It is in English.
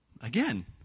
again